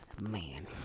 man